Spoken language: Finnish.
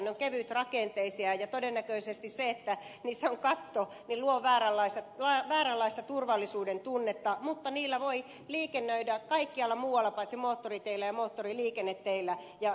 ne ovat kevytrakenteisia ja todennäköisesti se että niissä on katto luo vääränlaista turvallisuuden tunnetta mutta niillä voi liikennöidä kaikkialla muualla paitsi moottoriteillä ja moottoriliikenneteillä